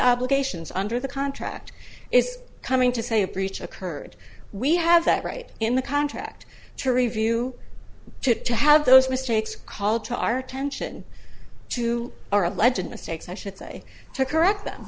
obligations under the contract is coming to say a breach occurred we have that right in the contract to review it to have those mistakes call to our attention to our alleged mistakes i should say to correct them